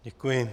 Děkuji.